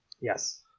Yes